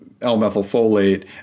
L-methylfolate